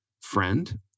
friend